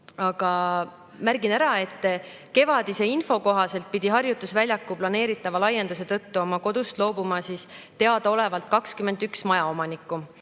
Märgin ära, et kevadise info kohaselt pidi harjutusväljaku planeeritava laienduse tõttu oma kodust loobuma 21 majaomanikku,